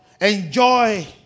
enjoy